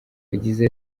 yagize